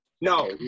No